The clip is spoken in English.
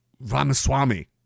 Ramaswamy